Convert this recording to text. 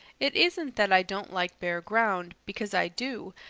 it isn't that i don't like bare ground, because i do,